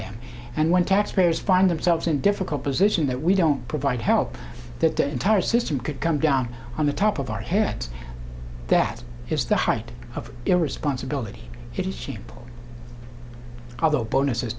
them and when taxpayers find themselves in difficult position that we don't provide help that the entire system could come down on the top of our heads that is the height of irresponsibility if you see all those bonuses